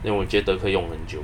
then 我觉得可以用很久